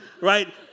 right